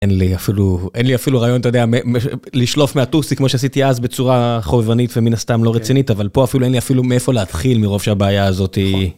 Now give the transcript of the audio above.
אין לי אפילו רעיון לשלוף מהטוסיק כמו שעשיתי אז בצורה חובבנית ומן הסתם לא רצינית אבל פה אין לי אפילו מאיפה להתחיל מרוב שהבעיה הזאת היא.